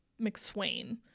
mcswain